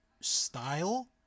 style